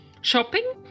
shopping